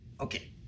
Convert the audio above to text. Okay